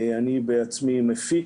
אני בעצמי מפיק.